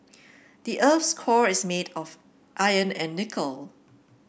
the earth's core is made of iron and nickel